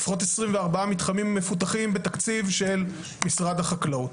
לפחות 24 מתחמים מפותחים בתקציב של משרד החקלאות.